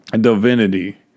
divinity